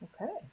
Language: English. okay